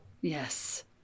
Yes